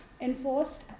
enforced